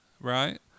right